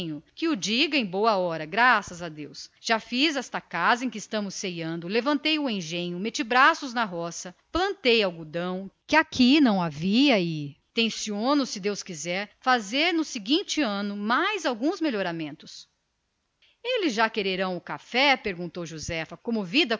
hora o diga tenho sido feliz louvado o santíssimo comeu e prosseguiu já fiz esta casa em que estamos ceando levantei o engenho meti braços na roça plantei algodão que aqui não havia e tenciono se deus quiser fazer no seguinte ano muitas outras benfeitorias eles já quererão o café perguntou josefa comovida